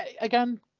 again